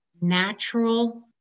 natural